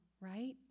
right